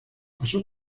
pasó